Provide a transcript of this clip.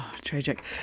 Tragic